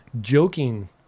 joking